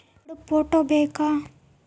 ಎರಡು ಫೋಟೋ ಬೇಕಾ?